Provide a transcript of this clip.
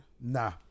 Nah